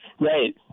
right